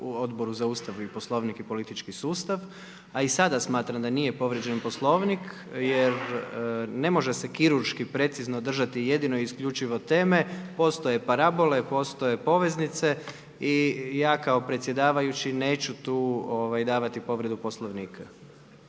u Odboru za Ustav, Poslovnik i politički sustav. A i sada smatram da nije povrijeđen Poslovnik jer ne može se kirurški precizno držati jedino i isključivo teme. Postoje parabole, postoje poveznice i ja kao predsjedavajući neću tu davati povredu Poslovnika.